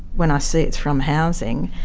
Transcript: when i see it's from housing,